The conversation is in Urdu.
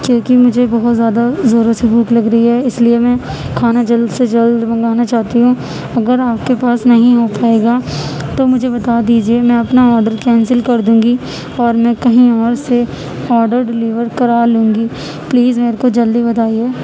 کیوںکہ مجھے بہت زیادہ زوروں سے بھوک لگ رہی ہے اس لیے میں کھانا جلد سے جلد منگانا چاہتی ہوں اگر آپ کے پاس نہیں ہو پائے گا تو مجھے بتا دیجیے میں اپنا آڈر کینسل کر دوں گی اور میں کہیں اور سے آڈر ڈلیور کرا لوں گی پلیز میرے کو جلدی بتائیے